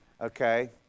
Okay